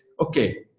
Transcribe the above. okay